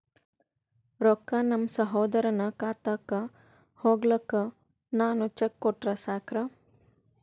ರೊಕ್ಕ ನಮ್ಮಸಹೋದರನ ಖಾತಕ್ಕ ಹೋಗ್ಲಾಕ್ಕ ನಾನು ಚೆಕ್ ಕೊಟ್ರ ಸಾಕ್ರ?